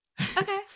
Okay